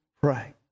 pray